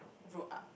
fruit art